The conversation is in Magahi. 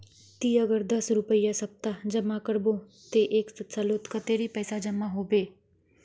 ती अगर दस रुपया सप्ताह जमा करबो ते एक सालोत कतेरी पैसा जमा होबे बे?